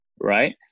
right